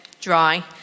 dry